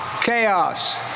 chaos